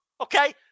Okay